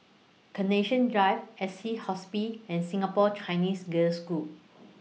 Carnation Drive Assisi Hospice and Singapore Chinese Girls' School